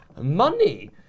money